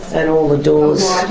and all the doors